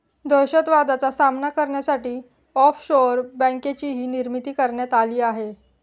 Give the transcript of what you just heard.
दहशतवादाचा सामना करण्यासाठी ऑफशोअर बँकेचीही निर्मिती करण्यात आली आहे